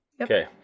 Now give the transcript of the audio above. Okay